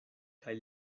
kaj